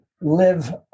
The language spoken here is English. live